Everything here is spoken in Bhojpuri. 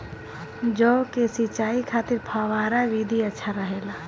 जौ के सिंचाई खातिर फव्वारा विधि अच्छा रहेला?